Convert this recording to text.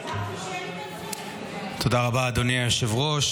תודה רבה, אדוני היושב-ראש.